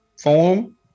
form